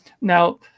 Now